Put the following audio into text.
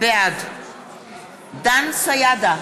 בעד דן סידה,